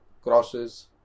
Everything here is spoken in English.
crosses